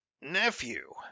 nephew